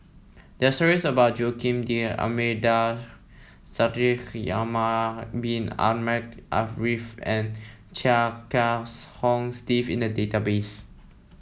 there are stories about Joaquim D'Almeida Shaikh bin Ahmed Afifi and Chia Kiah Hong Steve in the database